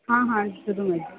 ਹਾਂ ਹਾਂ ਜਦੋਂ ਮਰਜੀ